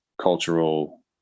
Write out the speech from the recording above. cultural